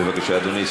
בבקשה, אדוני.